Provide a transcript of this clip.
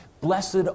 Blessed